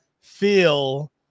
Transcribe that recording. feel